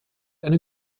eine